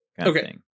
Okay